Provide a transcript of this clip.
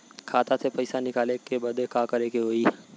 खाता से पैसा निकाले बदे का करे के होई?